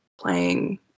playing